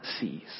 sees